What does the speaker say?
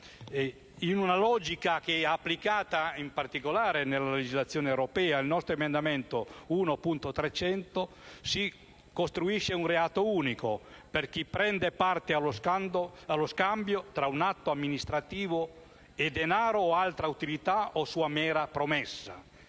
in una logica tale per cui, applicata in particolare alla legislazione europea, si costruisce un reato unico per chi prende parte allo scambio tra un atto amministrativo e denaro o altra utilità o sua mera promessa,